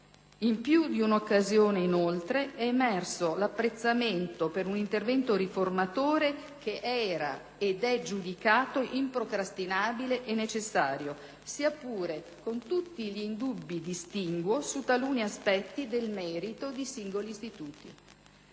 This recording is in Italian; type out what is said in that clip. In più di un'occasione, inoltre, è emerso l'apprezzamento per un intervento riformatore che era ed è giudicato improcrastinabile e necessario, sia pure con tutti gli indubbi distinguo su taluni aspetti nel merito di singoli istituti.